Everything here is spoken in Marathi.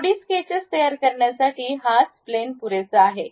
2 डी स्केचेस तयार करण्यासाठी हाच प्लॅन पुरेसा आहे